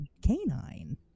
canine